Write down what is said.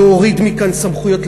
להוריד מכאן סמכויות,